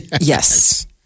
Yes